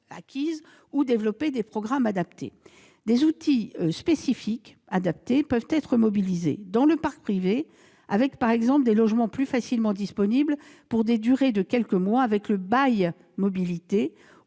ou développer des programmes adaptés. Des outils spécifiques peuvent être déployés dans le parc privé, par exemple avec des logements plus facilement disponibles pour des durées de quelques mois grâce au « bail mobilité »